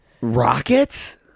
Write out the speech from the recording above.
Rockets